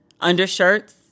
undershirts